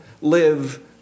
live